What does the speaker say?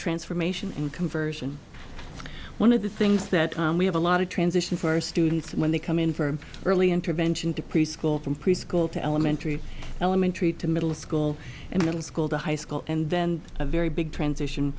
transformation in conversion one of the things that we have a lot of transition for students when they come in from early intervention to preschool from preschool to elementary elementary to middle school and middle school to high school and then a very big transition